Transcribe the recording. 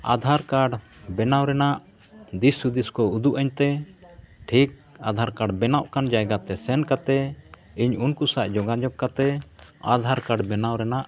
ᱵᱮᱱᱟᱣ ᱨᱮᱱᱟᱜ ᱫᱤᱥᱼᱦᱩᱫᱤᱥ ᱠᱚ ᱩᱫᱩᱜᱟᱹᱧ ᱛᱮ ᱴᱷᱤᱠ ᱵᱮᱱᱟᱜ ᱠᱟᱱ ᱡᱟᱭᱜᱟᱛᱮ ᱥᱮᱱ ᱠᱟᱛᱮᱫ ᱤᱧ ᱩᱱᱠᱩ ᱥᱟᱶ ᱡᱳᱜᱟᱡᱳᱜᱽ ᱠᱟᱛᱮᱫ ᱵᱮᱱᱟᱣ ᱨᱮᱱᱟᱜ